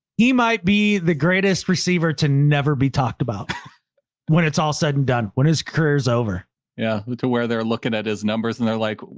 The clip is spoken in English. he might be the greatest receiver to never be talked about when it's all said and done when his career's over. brandan yeah. to where they're looking at his numbers. and they're like,